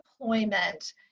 deployment